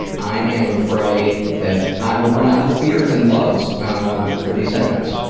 i am afraid that i will run out of fears and loves for these segments.